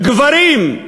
הגברים,